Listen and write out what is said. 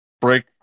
break